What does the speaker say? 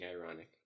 ironic